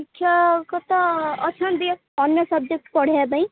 ଶିକ୍ଷକ ତ ଅଛନ୍ତି ଅନ୍ୟ ସବଜେକ୍ଟ୍ ପଢାଇବା ପାଇଁ